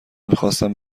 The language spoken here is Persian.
میخواستم